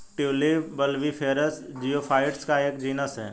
tulip bulbiferous geophytes का एक genus है